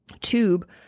tube